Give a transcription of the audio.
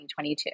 2022